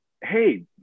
Hey